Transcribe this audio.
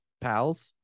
pals